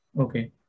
Okay